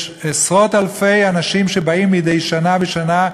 יש עשרות-אלפי אנשים שבאים מדי שנה בשנה,